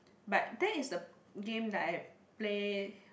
but that is the game that I play